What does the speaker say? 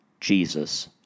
Jesus